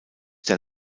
der